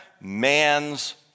man's